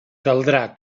caldrà